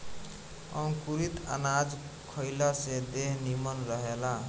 अंकुरित अनाज खइला से देह निमन रहेला